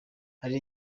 hari